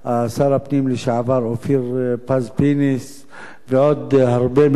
שר הפנים לשעבר אופיר פינס-פז ועוד הרבה מאוד